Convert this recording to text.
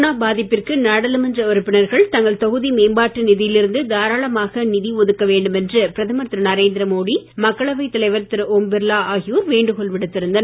corona பாதிப்பிற்கு நாடாளுமன்ற உறுப்பினர்கள் தங்கள் தொகுதி மேம்பாட்டு நிதியில் இருந்து தாராளமாக நிதி ஒதுக்க வேண்டுமென்று பிரதமர் திரு நரேந்திர மோடி மக்களவை தலைவர் திரு ஓம் பிர்லா ஆகியோர் வேண்டுகோள் விடுத்திருந்தனர்